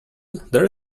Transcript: there